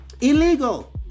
Illegal